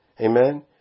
Amen